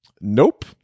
Nope